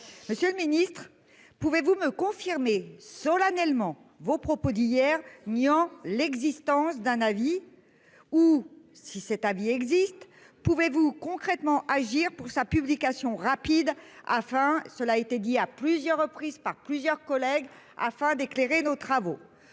Monsieur le Ministre, pouvez-vous me confirmer solennellement vos propos d'hier, niant l'existence d'un avis. Ou si s'établit existe. Pouvez-vous concrètement agir pour sa publication rapide afin, cela a été dit à plusieurs reprises par plusieurs collègues afin d'éclairer nos travaux.